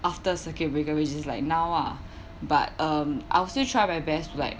after circuit breaker which is like now ah but um I'll still try my best like